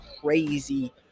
crazy